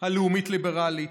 הלאומית הליברלית,